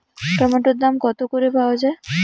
টমেটোর দাম কত করে পাওয়া যায়?